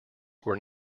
were